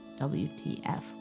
WTF